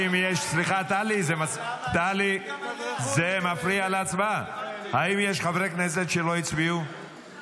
כמה צביעות כמה צביעות ------ אתה